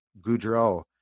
Goudreau